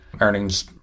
earnings